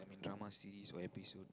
drama series or episode